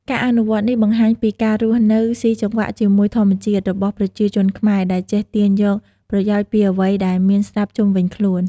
ការអនុវត្តនេះបង្ហាញពី ការរស់នៅស៊ីចង្វាក់ជាមួយធម្មជាតិ របស់ប្រជាជនខ្មែរ ដែលចេះទាញយកប្រយោជន៍ពីអ្វីដែលមានស្រាប់ជុំវិញខ្លួន។